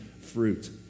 fruit